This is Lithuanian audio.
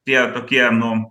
tie tokie nu